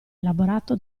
elaborato